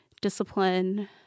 discipline